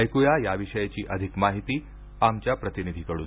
ऐक्या याविषयीची अधिक माहिती आमच्या प्रतिनिधी कडून